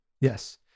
Yes